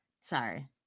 Sorry